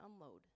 unload